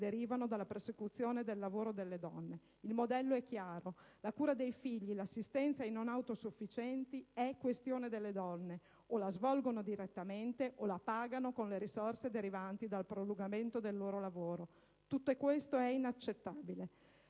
derivano dalla prosecuzione del lavoro delle donne. Il modello è chiaro: la cura dei figli, l'assistenza ai non autosufficienti è questione delle donne: o la svolgono direttamente o la pagano con le risorse derivanti dal prolungamento del loro lavoro. Tutto questo è inaccettabile!